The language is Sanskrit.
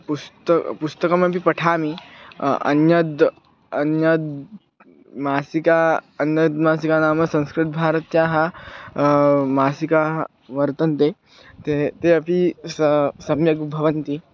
पुश्त पुस्तकमपि पठामि अन्यद् अन्या मासिका अन्यद् मासिका नाम संस्कृतभारत्याः मासिकाः वर्तन्ते ते ते अपि स सम्यक् भवन्ति